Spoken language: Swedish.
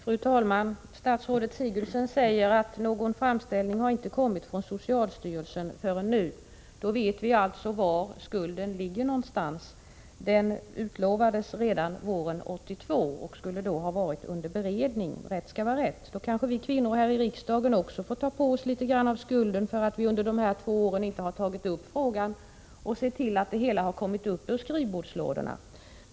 Fru talman! Statsrådet Sigurdsen säger att någon framställning inte har kommit från socialstyrelsen förrän nu. Då vet vi alltså var skulden ligger. Framställningen utlovades redan våren 1982 och skulle således ha varit under beredning. Rätt skall vara rätt. Då kanske också vi kvinnor här i riksdagen får ta på oss litet av skulden för att vi under dessa två år inte har tagit upp frågan och sett till att det hela kommit upp ur skrivbordslådorna.